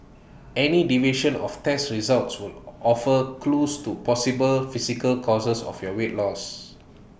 any deviation of test results will offer clues to possible physical causes of your weight loss